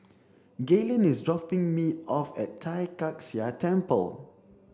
Galen is dropping me off at Tai Kak Seah Temple